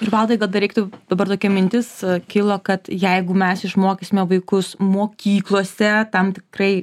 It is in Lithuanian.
ir valdai gal dar reiktų dabar tokia mintis kilo kad jeigu mes išmokysime vaikus mokyklose tam tikrai